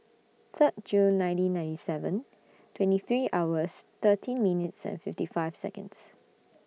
Third June nineteen ninety seven twenty three hours thirteen minutes and fifty five Seconds